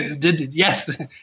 yes